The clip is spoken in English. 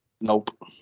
Nope